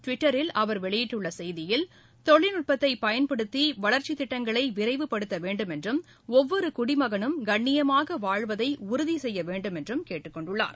ட்விட்டரில் அவர் வெளியிட்டுள்ள செய்தியில் தொழில்நுட்பத்தை பயன்படுத்தி வளர்ச்சித் திட்டங்களை விரைவுப்படுத்த வேண்டும் என்றும் ஒவ்வொரு குடிமகனும் கண்ணியமாக வாழ்வதை உறுதி செய்ய வேண்டும என்றும் கேட்டுக்கொண்டுள்ளார்